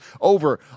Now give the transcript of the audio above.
over